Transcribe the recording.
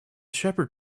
shepherd